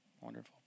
Wonderful